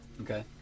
Okay